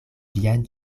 viajn